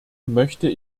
möchte